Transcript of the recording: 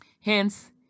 hence